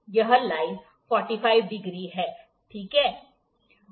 यह line 45 degree है ठीक है